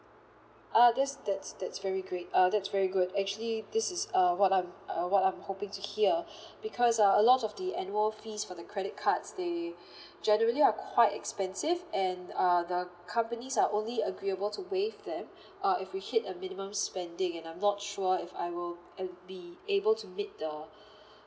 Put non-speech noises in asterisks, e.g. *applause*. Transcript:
uh that's that's that's very great uh that's very good actually this is uh what I'm uh what I'm hoping to hear *breath* because uh a lot of the annual fees for the credit cards they *breath* generally are quite expensive and uh companies are only agreeable to waive them *breath* uh if you hit a minimum spending and I'm not sure if I will uh be able to meet the *breath*